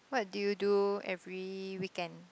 what do you do every weekend